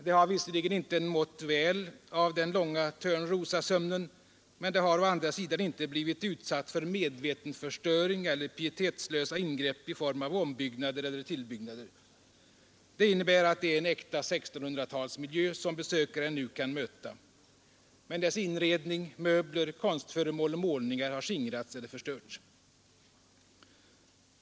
Det har visserligen inte mått så väl av den långa törnrosasömnen, men det har å andra sidan inte blivit utsatt för medveten förstöring eller pietetslösa ingrepp i form av ombyggnader eller tillbyggnader. Det innebär att det är en äkta 1600-talsmiljö som besökaren nu kan möta. Men dess inredning — möbler, konstföremål och målningar — har skingrats eller förstörts.